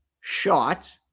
shot